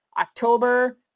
October